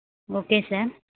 okay sir